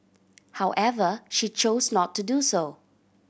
however she chose not to do so